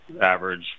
average